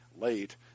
late